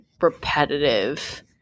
repetitive